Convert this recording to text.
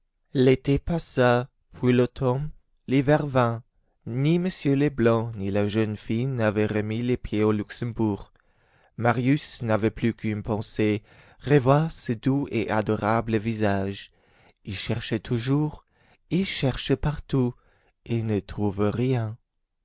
l'été passa puis l'automne l'hiver vint ni m leblanc ni la jeune fille n'avaient remis les pieds au luxembourg marius n'avait plus qu'une pensée revoir ce doux et adorable visage il cherchait toujours il cherchait partout il ne trouvait rien